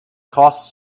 cost